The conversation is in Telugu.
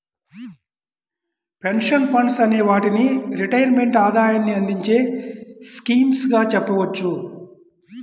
పెన్షన్ ఫండ్స్ అనే వాటిని రిటైర్మెంట్ ఆదాయాన్ని అందించే స్కీమ్స్ గా చెప్పవచ్చు